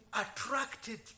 attracted